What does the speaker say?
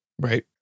Right